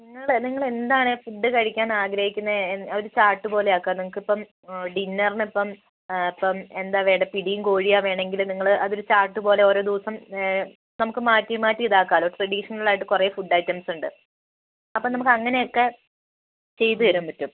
നിങ്ങൾ നിങ്ങൾ എന്താണ് ഫുഡ് കഴിക്കാൻ ആഗ്രഹിക്കുന്നത് എ ഒരു ചാർട്ട് പോലെ ആക്കുക നിങ്ങൾക്ക് ഇപ്പം ഡിന്നറിന് ഇപ്പം ഇപ്പം എന്താണ് വേണ്ടത് പിടിയും കോഴിയാണ് വേണമെങ്കിൽ നിങ്ങൾ അതൊരു ചാർട്ട് പോലെ ഓരോ ദിവസം നമുക്ക് മാറ്റി മാറ്റി ഇതാക്കാമല്ലോ ട്രഡീഷണൽ ആയിട്ട് കുറേ ഫുഡ് ഐറ്റംസ് ഉണ്ട് അപ്പോൾ നമുക്ക് അങ്ങനെ ഒക്കെ ചെയ്ത് തരാൻ പറ്റും